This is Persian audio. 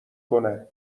کنه